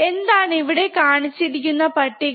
എന്താണ് ഇവിടെ കാണിച്ചിരിക്കുന്ന പട്ടിക